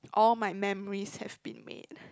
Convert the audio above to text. all my memories have been made